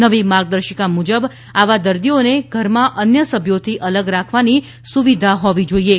નવી માર્ગદર્શિકા મુજબ આવા દર્દીઓને ઘરમાં અન્ય સભ્યોથી અલગ રાખવાની સુવિધા હોવી જોઈએ